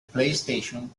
playstation